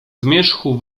zmierzchu